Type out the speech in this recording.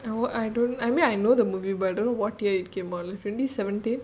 I I don't I mean I know the movie but I don't know what year it came out twenty seventeen